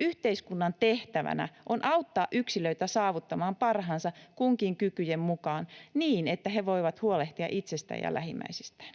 Yhteiskunnan tehtävänä on auttaa yksilöitä saavuttamaan parhaansa kunkin kykyjen mukaan niin, että he voivat huolehtia itsestään ja lähimmäisistään.